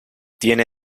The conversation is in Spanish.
tiene